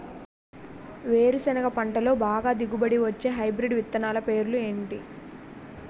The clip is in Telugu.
వేరుసెనగ పంటలో బాగా దిగుబడి వచ్చే హైబ్రిడ్ విత్తనాలు పేర్లు ఏంటి?